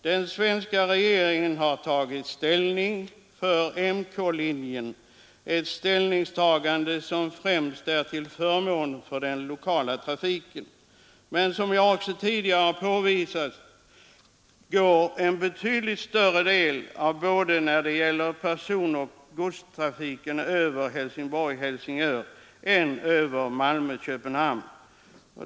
Den svenska regeringen har tagit ställning för MK-linjen, ett ställningstagande som främst är till förmån för den lokala trafiken. Men som jag också tidigare påvisat går en betydligt större del när det gäller både personoch godstrafiken över Helsingborg—Helsingör än över Malmö— Köpenhamn.